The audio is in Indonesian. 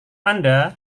anda